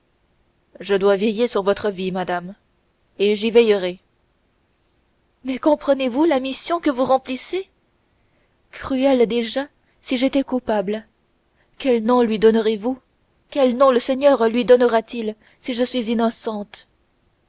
je dois veiller sur votre vie madame et j'y veillerai mais comprenez-vous la mission que vous remplissez cruelle déjà si j'étais coupable quel nom lui donnerez-vous quel nom le seigneur lui donnera-t-il si je suis innocente